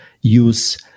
use